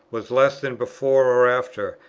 was less than before or after,